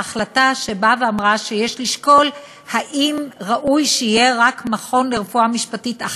ההחלטה שיש לשקול אם ראוי שיהיה רק מכון אחד לרפואה משפטית,